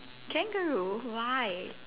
kangaroo why